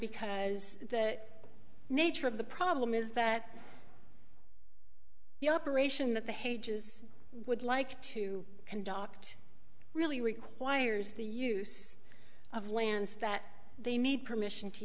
because the nature of the problem is that the operation that the hedges would like to conduct really requires the use of land that they need permission to